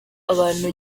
abantu